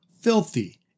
filthy